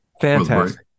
Fantastic